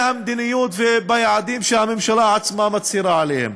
המדיניות וביעדים שהממשלה עצמה מצהירה עליהם.